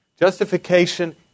Justification